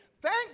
Thank